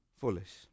foolish